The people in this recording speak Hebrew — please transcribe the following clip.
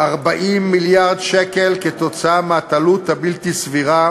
של כ-40 מיליארד שקל כתוצאה מהתלות הבלתי-סבירה